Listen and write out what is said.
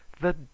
The